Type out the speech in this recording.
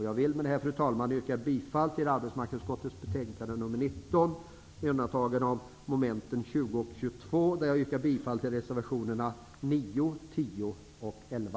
Jag vill med detta, fru talman, yrka bifall till hemställan i arbetsmarknadsutskottets betänkande nr 19 med undantag av mom. 20 och 22, där jag yrkar bifall till reservationerna 9, 10 och 11.